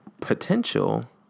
potential